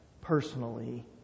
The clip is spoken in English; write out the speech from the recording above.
personally